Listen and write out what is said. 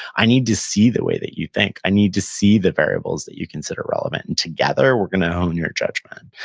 i need to see the way that you think. i need to see the variables that you consider relevant, and, together, we're gonna own your judgment,